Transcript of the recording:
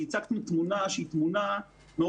מעורבבת מעט.